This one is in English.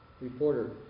Reporter